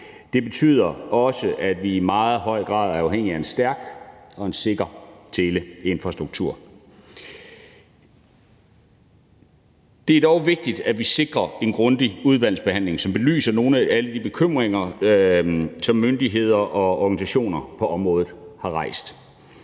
Det betyder også, at vi i meget høj grad er afhængige af en stærk og en sikker teleinfrastruktur. Det er dog vigtigt, at vi sikrer en grundig udvalgsbehandling, som belyser nogle af alle de bekymringer, som myndigheder og organisationer på området har rejst.